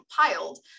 compiled